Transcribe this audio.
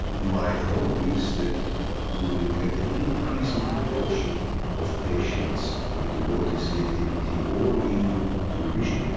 my hope is that we will get an increasing proportion of patients into low disease activity or even to remission.